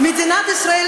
מדינת ישראל,